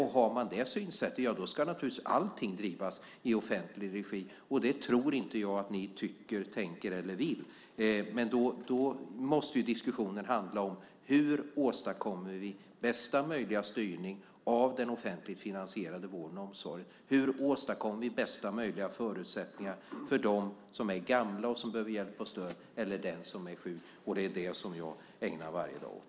Har man det synsättet så ska naturligtvis allting ligga i offentlig regi. Det tror jag inte att ni egentligen tycker, tänker eller vill. Då måste diskussionen handla om hur vi åstadkommer bästa möjliga styrning av den offentligt finansierade vården och omsorgen och om hur vi åstadkommer bästa möjliga förutsättningar för dem som är gamla eller sjuka och behöver hjälp och stöd. Det är det som jag ägnar varje dag åt.